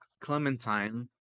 Clementine